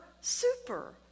super